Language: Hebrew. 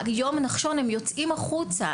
היום נחשון הם יוצאים החוצה,